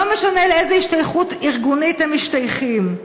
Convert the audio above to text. לא משנה באיזו השתייכות ארגונית הם משתייכים.